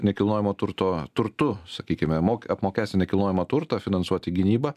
nekilnojamo turto turtu sakykime mokė apmokestinti nekilnojamą turtą finansuoti gynybą